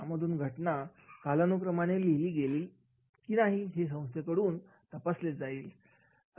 यामधून घटना कालानुक्रमाने लिहिली गेलेली आहे ते संस्थेकडून तपासले जाईल